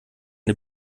den